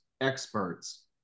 experts